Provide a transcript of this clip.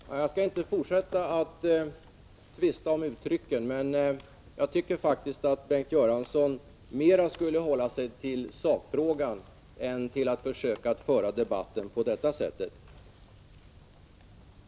Herr talman! Jag skall inte fortsätta tvista om uttrycken, men jag tycker faktiskt att Bengt Göransson skulle hålla sig mer till sakfrågan och inte föra debatten på detta sätt.